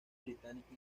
británicas